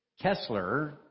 Kessler